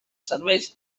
serveis